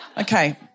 Okay